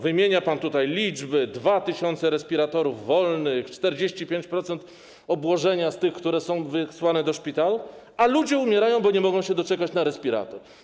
Wymienia pan tutaj liczby: 2 tys. respiratorów wolnych, 45% obłożenia, jeżeli chodzi o te, które są wysłane do szpitali, a ludzie umierają, bo nie mogą się doczekać na respirator.